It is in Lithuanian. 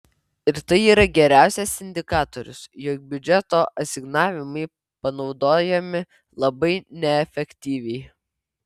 ir tai yra geriausias indikatorius jog biudžeto asignavimai panaudojami labai neefektyviai